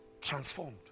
transformed